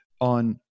on